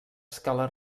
escala